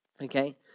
okay